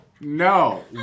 No